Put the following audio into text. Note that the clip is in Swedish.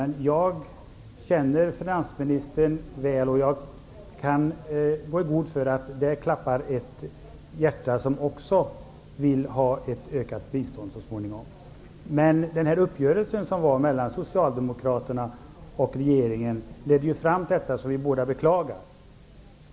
Men jag känner finansministern väl och jag kan gå i god för att där klappar ett hjärta som också är för ett ökat bistånd. Uppgörelsen mellan Socialdemokraterna och regeringen ledde ju fram till detta som vi båda beklagar.